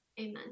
Amen